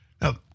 Now